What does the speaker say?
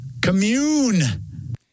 commune